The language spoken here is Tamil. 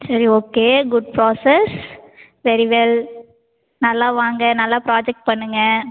சரி okay good process very well நல்லா வாங்க நல்லா ப்ராஜெக்ட் பண்ணுங்கள்